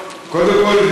קודם כול,